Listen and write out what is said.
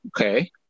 okay